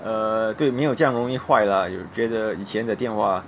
err 对没有这样容易坏 lah 有觉得以前的电话